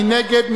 מי נגד?